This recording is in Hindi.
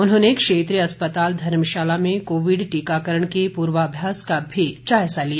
उन्होंने क्षेत्रीय अस्पताल धर्मशाला में कोविड टीकाकरण के पूर्वाभ्यास का भी जायज़ा लिया